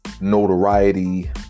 notoriety